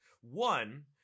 One